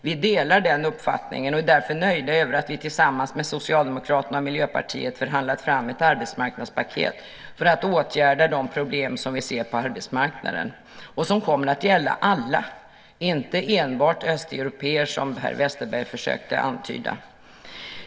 Vi delar den uppfattningen och är därför nöjda över att vi tillsammans med Socialdemokraterna och Miljöpartiet förhandlat fram ett arbetsmarknadspaket för att åtgärda de problem som vi ser på arbetsmarknaden och som kommer att gälla alla, inte enbart Östeuropa, som Per Westerberg försökte antyda.